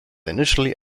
initially